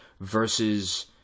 versus